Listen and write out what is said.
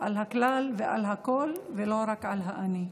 על הכלל ועל הכול ולא רק על האני.